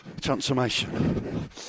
transformation